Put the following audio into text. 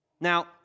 Now